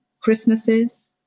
Christmases